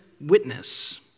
witness